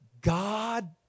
God